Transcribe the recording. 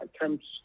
attempts